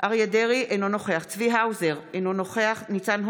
אינו נוכח יולי